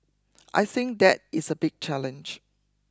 I think that is a big challenge